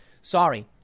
Sorry